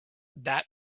that